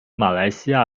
马来西亚